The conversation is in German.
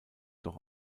doch